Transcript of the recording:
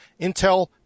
Intel